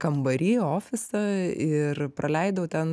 kambary ofisą ir praleidau ten